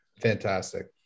fantastic